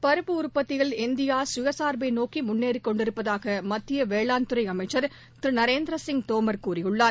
பருப்பு உற்பத்தியில் இந்தியாகயசார்பைநோக்கிமுன்னேறிகொண்டிருப்பதாகமத்தியவேளாண்துறைஅமைச்சர் திருநரேந்திரசிங் தோமர் கூறியுள்ளார்